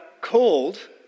called